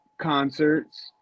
concerts